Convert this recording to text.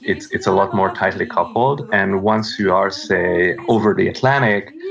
it's it's a lot more tightly coupled, and once you are, say, over the atlantic,